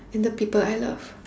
and the people I love